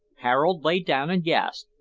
harold lay down and gasped,